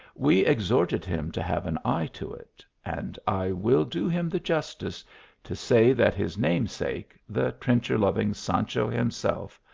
we exhorted him to have an eye to it, and i will do him the justice to say that his namesake, the trencher-loving sancho him self,